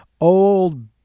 old